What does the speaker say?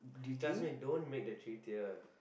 trust me don't make the three tier